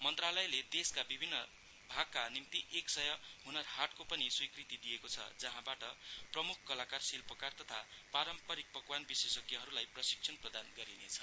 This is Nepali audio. मन्त्रालयले देशका विभिन्न भागका निम्ति एक सय ह्नर हाटको पनि स्विकृति दिएको छ जहाँबाट प्रमुख कलाकार शिल्पकार तथा पारम्परिक पक्वान विशेषज्ञहरूलाई प्रशिक्षण प्रदान गरिनेछ